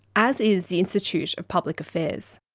as is the institute of public affairs.